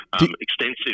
Extensive